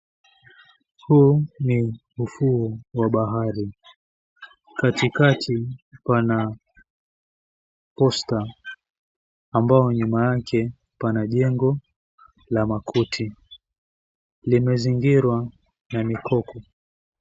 Huu ni ufuo wa bahari. Katikati pana posta ambao nyuma yake pana jengo la makuti limezingirwa na mikoko.